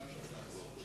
לדיון מוקדם בוועדת החוקה,